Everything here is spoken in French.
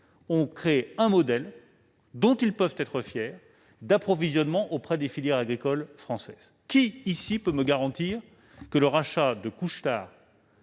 ont créé un modèle- ils peuvent en être fiers -d'approvisionnement auprès des filières agricoles françaises. Qui ici peut me garantir que le rachat de Carrefour